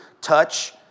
touch